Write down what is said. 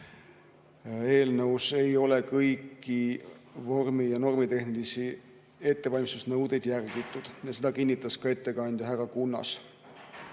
puhul ei ole kõiki vormi- ja normitehnilisi ettevalmistusnõudeid järgitud. Seda kinnitas ka ettekandja härra Kunnas.